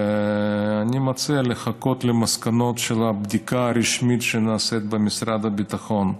אני מציע לחכות למסקנות של הבדיקה הרשמית שנעשית במשרד הביטחון.